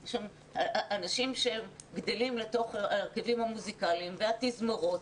יש שם אנשים שהם גדלים לתוך ההרכבים המוסיקליים והתזמורות,